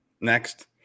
next